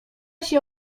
się